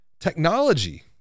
technology